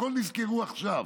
בכול נזכרו עכשיו.